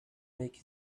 make